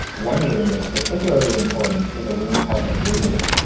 one room that is particularly important is a room called the blue room,